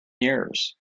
years